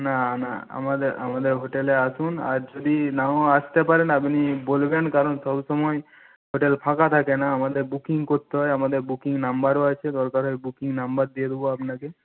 না না আমাদের আমাদের হোটেলে আসুন আর যদি নাও আসতে পারেন আপনি বলবেন কারণ সবসময় হোটেল ফাঁকা থাকে না আমাদের বুকিং করতে হয় আমাদের বুকিং নাম্বারও আছে দরকার হয় বুকিং নাম্বার দিয়ে দেবো আপনাকে